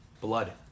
blood